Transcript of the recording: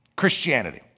Christianity